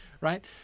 right